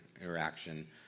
interaction